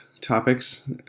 topics